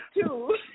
two